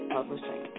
Publishing